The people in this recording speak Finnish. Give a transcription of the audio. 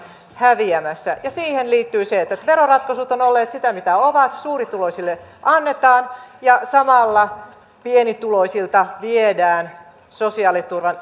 häviämässä ja siihen liittyy se että että veroratkaisut ovat olleet sitä mitä ovat suurituloisille annetaan ja samalla pienituloisilta viedään sosiaaliturvan